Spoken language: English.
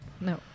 No